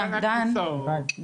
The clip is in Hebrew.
אני נופל בין הכיסאות.